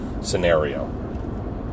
scenario